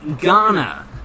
Ghana